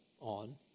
on